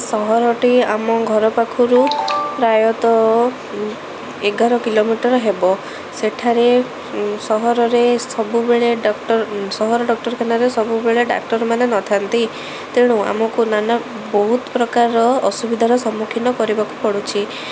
ସହରଟି ଆମ ଘର ପାଖରୁ ପ୍ରାୟତଃ ଏଗାର କିଲୋମିଟର୍ ହେବ ସେଠାରେ ସହରରେ ସବୁବେଳେ ଡ଼କ୍ଟର୍ ସହର ଡ଼କ୍ଟରଖାନାରେ ସବୁବେଳେ ଡ଼ାକ୍ତରମାନେ ନଥାନ୍ତି ତେଣୁ ଆମକୁ ନାନା ବହୁତ ପ୍ରକାରର ଅସୁବିଧାର ସମ୍ମୁଖୀନ କରିବାକୁ ପଡ଼ୁଛି